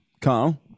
Carl